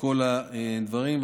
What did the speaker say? לכל הדברים,